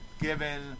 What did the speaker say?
given –